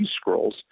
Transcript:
scrolls